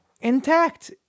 intact